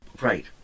Right